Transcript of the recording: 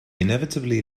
inevitably